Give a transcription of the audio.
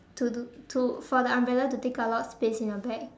to do to for the umbrella to take up a lot of space in your bag